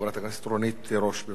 בבקשה, גברתי.